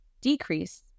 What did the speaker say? decrease